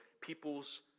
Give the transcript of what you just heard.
people's